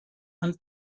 and